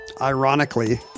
Ironically